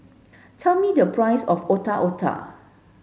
tell me the price of Otak Otak